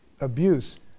abuse